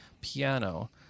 piano